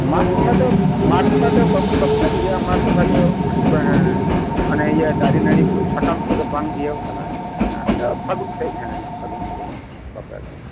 ᱢᱟᱜᱽ ᱵᱚᱸᱜᱟ ᱫᱚ ᱢᱟᱜᱽ ᱵᱚᱸᱜᱟ ᱫᱚ ᱵᱟᱵᱚᱱ ᱵᱟᱯᱞᱟ ᱵᱤᱦᱟᱹᱜᱼᱟ ᱢᱟᱜᱽ ᱵᱚᱸᱜᱟ ᱫᱚ ᱢᱮᱱ ᱟᱠᱚ ᱦᱮᱸ ᱦᱮᱸ ᱢᱟᱱᱮ ᱤᱭᱟᱹ ᱫᱟᱨᱮ ᱱᱟᱹᱲᱤ ᱠᱚ ᱤᱭᱟᱹ ᱥᱟᱠᱟᱢ ᱠᱚᱫᱚ ᱵᱟᱝ ᱤᱭᱟᱹ ᱟᱠᱟᱱᱟ ᱦᱮᱸ ᱟᱫᱚ ᱯᱷᱟᱜᱩᱱ ᱥᱮᱫ ᱯᱷᱟᱜᱩᱱ ᱥᱮᱫ ᱵᱟᱯᱞᱟ ᱟᱜᱩᱭᱮᱭᱟ